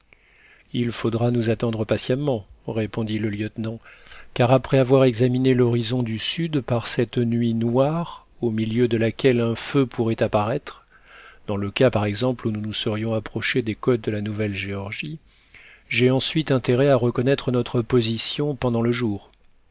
il faudra nous attendre patiemment répondit le lieutenant car après avoir examiné l'horizon du sud par cette nuit noire au milieu de laquelle un feu pourrait apparaître dans le cas par exemple où nous nous serions approchés des côtes de la nouvellegéorgie j'ai ensuite intérêt à reconnaître notre position pendant le jour